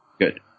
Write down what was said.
good